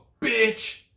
bitch